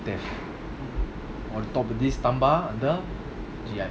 def~ on top of this